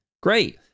great